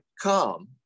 come